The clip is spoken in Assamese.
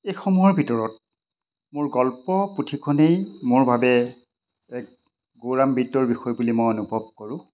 এইসমূহৰ ভিতৰত মোৰ গল্প পুথিখনেই মোৰ বাবে এক গৌৰৱাম্বিতৰ বিষয় বুলি মই অনুভৱ কৰোঁ